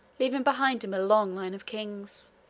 leaving behind him a long line of kings.